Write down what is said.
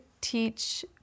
teach